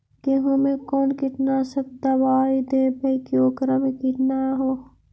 गेहूं में कोन कीटनाशक दबाइ देबै कि ओकरा मे किट न हो?